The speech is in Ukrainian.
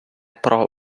про